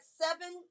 seven